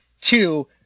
Two